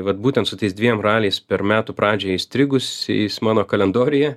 vat būtent su tais dviem raliais per metų pradžią įstrigusiais mano kalendoriuje